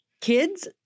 kids